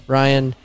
ryan